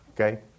Okay